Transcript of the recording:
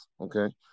okay